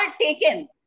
taken